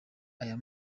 aya